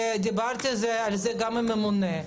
ודיברתי על זה גם עם הממונה,